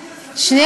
סח'נין,